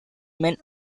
men